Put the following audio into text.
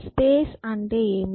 space అంటే ఏమిటి